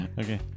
Okay